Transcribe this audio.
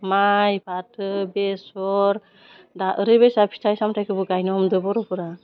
माइ फाथो बेसर दा ओरैबायसा फिथाइ सामथायखौबो गायनो हमदों बर'फोरा